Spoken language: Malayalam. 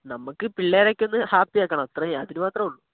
നമുക്ക് പിള്ളേരെ ഒക്കെ ഒന്ന് ഹാപ്പി ആക്കണം അത്രയും അതിനു മാത്രമെ ഉള്ളു